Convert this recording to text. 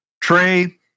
Trey